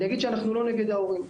אני אגיד שאנחנו לא נגד ההורים,